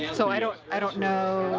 yeah so, i don't i don't know